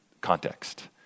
context